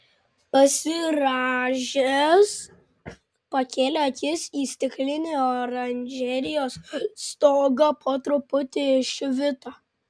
pasirąžęs pakėlė akis į stiklinį oranžerijos stogą po truputį švito